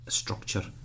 structure